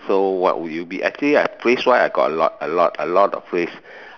so what will you be actually right phrase wise I got a lot a lot a lot of phrase